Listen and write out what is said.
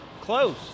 Close